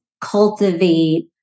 cultivate